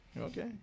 okay